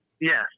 Yes